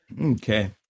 Okay